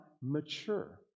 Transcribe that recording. mature